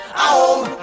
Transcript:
home